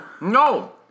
No